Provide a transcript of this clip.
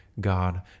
God